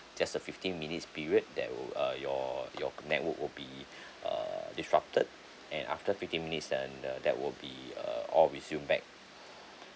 just a fifteen minutes period that would uh your your network would be err disrupted and after fifteen minutes and the that will be uh all resume back